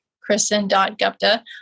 Kristen.Gupta